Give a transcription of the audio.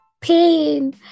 pain